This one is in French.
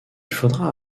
faudra